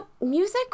Music